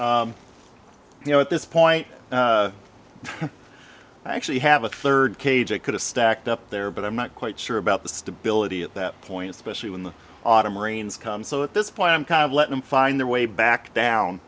here you know at this point i actually have a third cage i could have stacked up there but i'm not quite sure about the stability at that point especially when the autumn rains come so at this point i'm kind of let them find their way back down